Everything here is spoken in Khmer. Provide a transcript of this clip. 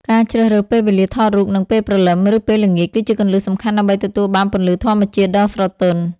ការជ្រើសរើសពេលវេលាថតរូប នៅពេលព្រលឹម ឬពេលល្ងាច គឺជាគន្លឹះសំខាន់ដើម្បីទទួលបានពន្លឺធម្មជាតិដ៏ស្រទន់។